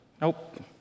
Nope